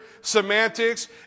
Semantics